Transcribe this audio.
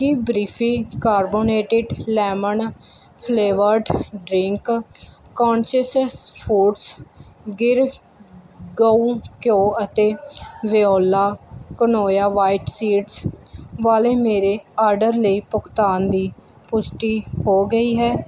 ਕੀ ਬੀਫ੍ਰੀ carbonated lemon flavoured drink conscious foods Gir ਗਊ ਘਿਓ ਅਤੇ ਵੋਇਲਾ ਕੁਇਨੋਆ ਵਾਇਟ ਸੀਡਸ ਵਾਲੇ ਮੇਰੇ ਆਰਡਰ ਲਈ ਭੁਗਤਾਨ ਦੀ ਪੁਸ਼ਟੀ ਹੋ ਗਈ ਹੈ